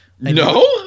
no